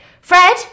Fred